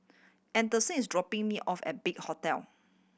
Anderson is dropping me off at Big Hotel